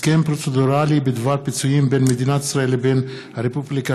הסכם פרוצדורלי בדבר פיצויים בין מדינת ישראל לבין הרפובליקה